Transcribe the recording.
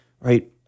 right